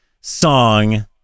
song